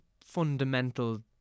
fundamental